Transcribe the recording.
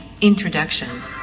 Introduction